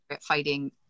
fighting